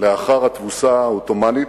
לאחר התבוסה העות'מאנית,